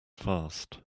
fast